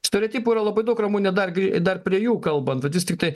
stereotipų yra labai daug ramune dar grei dar prie jų kalbant vis tiktai